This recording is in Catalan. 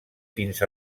fins